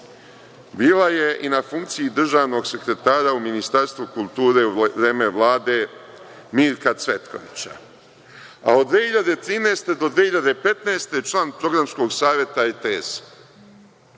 Bila je i na funkciji državnog sekretara u Ministarstvu kulture, u vreme Vlade Mirka Cvetkovića. Od 2013. do 2015. godine, član programskog saveta RTS-a.